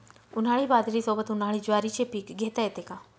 उन्हाळी बाजरीसोबत, उन्हाळी ज्वारीचे पीक घेता येते का?